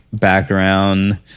background